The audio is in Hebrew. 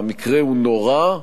המקרה הוא נורא,